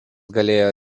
galėjo